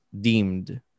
deemed